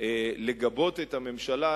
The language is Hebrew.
לגבות את הממשלה,